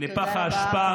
לפח האשפה של ההיסטוריה.